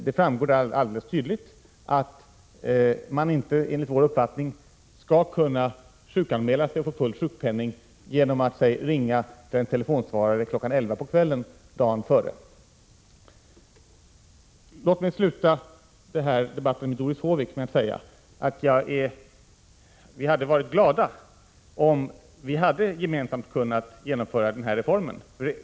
Det framgår där alldeles tydligt att man enligt vår uppfattning inte skall kunna sjukanmäla sig och få full sjukpenning genom att ringa en telefonsvarare kl. 11 på kvällen dagen före. Låt mig avsluta den här debatten med Doris Håvik med att säga att vi hade varit glada om vi gemensamt hade kunnat genomföra denna reform.